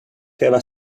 have